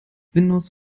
windows